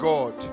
God